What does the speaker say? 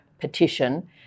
petition